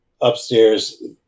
upstairs